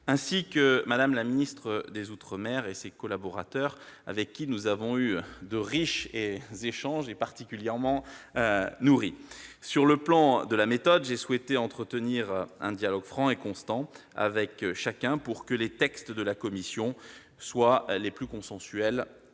ainsi que Mme la ministre des outre-mer et ses collaborateurs, avec lesquels nos échanges furent particulièrement riches et nourris. Sur le plan de la méthode, j'ai souhaité entretenir un dialogue franc et constant avec chacun pour que les textes de la commission soient les plus consensuels